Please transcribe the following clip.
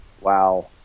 Wow